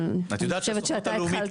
אבל אני חושבת שאתה התחלת,